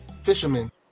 fishermen